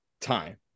time